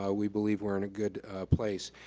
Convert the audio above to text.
ah we believe we're in a good place.